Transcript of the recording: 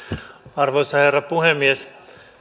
arvoisa herra puhemies